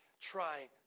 trying